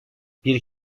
bir